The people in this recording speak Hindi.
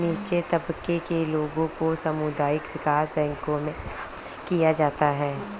नीचे तबके के लोगों को सामुदायिक विकास बैंकों मे शामिल किया जाता है